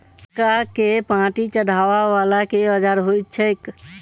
मक्का केँ पांति चढ़ाबा वला केँ औजार होइ छैय?